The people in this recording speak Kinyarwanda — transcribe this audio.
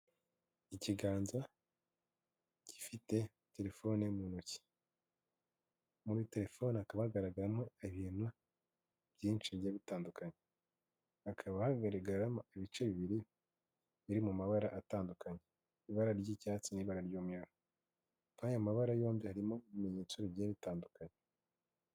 Ikiganza gifite telefoni mu ntoki, muri telefoni hakaba hagaragaramo ibintu byinshi bigiye bitandukanye, hakaba hagaragaramo ibice bibiri biri mu mabara atandukanye, ibara ry'icyatsi n'ibara ry'umweru, muri aya mabara yombi harimo ibimenyetso bigiye bitandukanye.